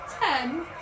Ten